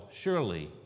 surely